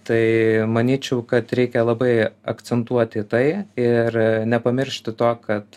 tai manyčiau kad reikia labai akcentuoti tai ir nepamiršti to kad